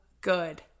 good